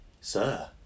Sir